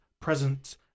present